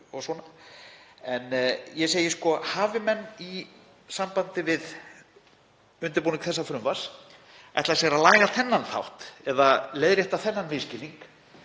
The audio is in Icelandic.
Ég segi: Hafi menn, í sambandi við undirbúning þessa frumvarps, ætlað sér að laga þennan þátt eða leiðrétta þennan misskilning